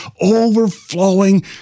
overflowing